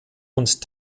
und